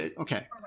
Okay